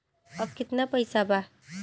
अब कितना पैसा बा?